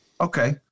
Okay